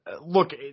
Look